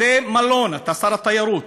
בתי-מלון אתה שר התיירות,